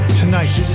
tonight